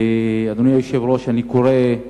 אדוני היושב-ראש, אני קורא על